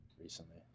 recently